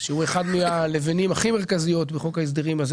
שהוא אחד מהלבנים הכי מרכזיות בחוק ההסדרים הזה,